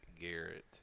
Garrett